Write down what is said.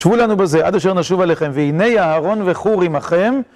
תשבו לנו בזה עד אשר נשוב עליכם, והנה אהרון וחור עמכם.